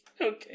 Okay